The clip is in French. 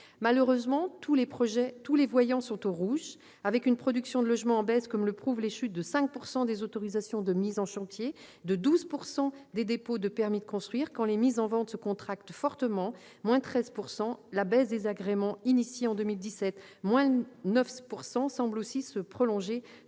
Malheureusement, tous les voyants sont au rouge, avec une production de logements en baisse, comme le prouvent les chutes de 5 % des autorisations de mise en chantier et de 12 % des dépôts de permis de construire, avec les mises en vente qui se contractent fortement, en baisse de 13 %. La diminution des agréments initiée en 2017, en baisse de 9 %, semble se prolonger